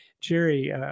Jerry